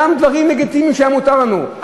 גם לא דברים לגיטימיים שהיה מותר לנו לעשות.